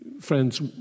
friends